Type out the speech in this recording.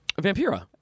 Vampira